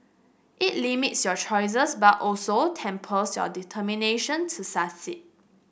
it limits your choices but also tempers your determination to succeed